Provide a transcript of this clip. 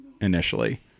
initially